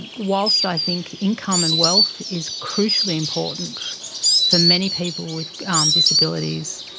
and whilst i think income and wealth is crucially important for many people with um disabilities,